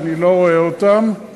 שאני לא רואה אותם,